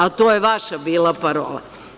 A to je vaša bila parola.